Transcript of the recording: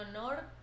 honor